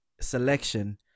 selection